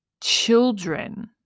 children